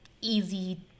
easy